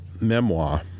memoir